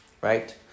right